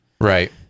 Right